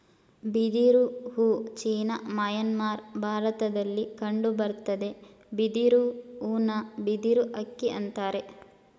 ಬಿದಿರು ಹೂ China Myanmar ಭಾರತದಲ್ಲಿ ಕಂಡುಬರ್ತದೆ ಬಿದಿರು ಹೂನ ಬಿದಿರು ಅಕ್ಕಿ ಅಂತರೆ